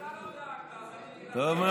בגלל שאתה לא דאגת, אז אני, טוב מאוד.